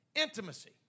Intimacy